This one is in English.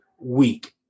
week